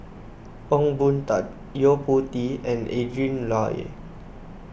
Ong Boon Tat Yo Po Tee and Adrin Loi